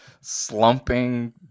Slumping